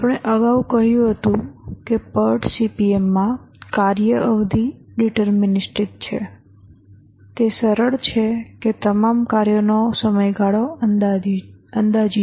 આપણે અગાઉ કહ્યું હતું કે PERT CPM માં કાર્ય અવધિ ડિટરમીનીસ્ટિક છે તે સરળ છે કે તમામ કાર્યોનો સમયગાળો અંદાજિત છે